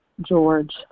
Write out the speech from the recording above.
George